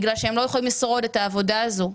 בגלל שהם לא יכולים לשרוד את העבודה הזו.